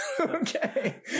okay